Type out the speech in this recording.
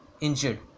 injured